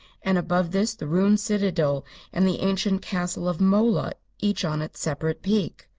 and above this the ruined citadel and the ancient castle of mola each on its separate peak.